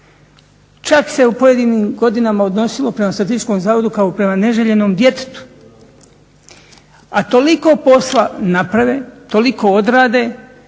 Čak se u pojedinim godinama odnosilo prema Statističkom zavodu kao prema neželjenom djetetu, a toliko posla naprave, toliko odrade